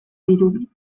dirudi